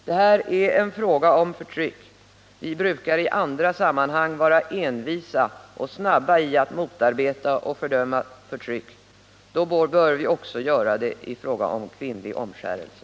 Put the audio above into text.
Det här är en fråga om förtryck, och vi brukar i andra sammanhang vara envisa och snabba i att motarbeta och fördöma förtryck. Då bör vi göra det också i fråga om kvinnlig omskärelse.